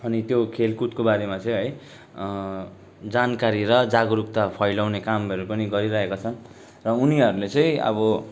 अनि त्यो खेलकुदको बारेमा चाहिँ है जानकारी र जागरुकता फैलाउने कामहरू पनि गरिरहेका छन् र उनीहरूले चाहिँ अब